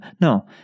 no